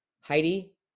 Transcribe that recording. Heidi